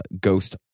Ghost